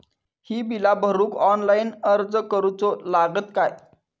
ही बीला भरूक ऑनलाइन अर्ज करूचो लागत काय?